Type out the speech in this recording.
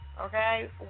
okay